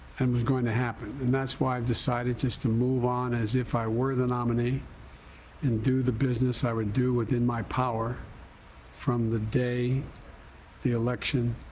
and was going to happen and that's why i decided just to move on as if i were the nominee and do the business i would do within my power from the day the election